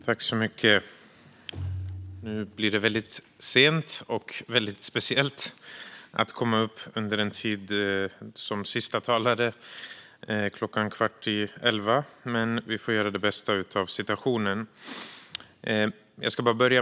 Fru talman! Nu blir det väldigt sent och väldigt speciellt att komma upp som sista talare kvart i elva, men vi får göra det bästa av situationen.